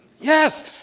Yes